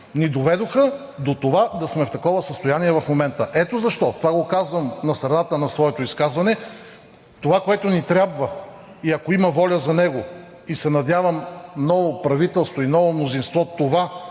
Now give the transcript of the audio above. ни доведоха до това да сме в такова състояние в момента. Ето защо, това го казвам на средата на своето изказване, това, което ни трябва и ако има воля за него – надявам се ново правителство и ново мнозинство да